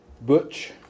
Butch